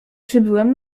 przybyłem